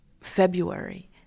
February